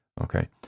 Okay